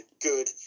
good